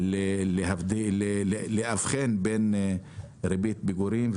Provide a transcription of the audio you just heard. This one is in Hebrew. ולהבחין בין ריבית פיגורים,